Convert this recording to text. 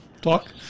talk